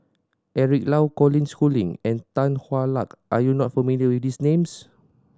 Eric Low Colin Schooling and Tan Hwa Luck are you not familiar with these names